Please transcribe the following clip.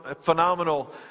phenomenal